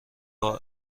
های